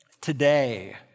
Today